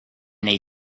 they